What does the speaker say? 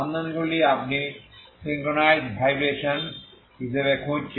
সমাধানগুলি আপনি synchronised vibration হিসাবে খুঁজছেন